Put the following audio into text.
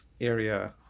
area